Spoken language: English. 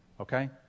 okay